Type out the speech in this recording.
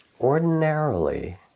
ordinarily